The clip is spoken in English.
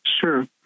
Sure